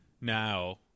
now